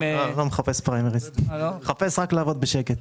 אני לא מחפש פריימריז, אני מחפש רק לעבוד בשקט.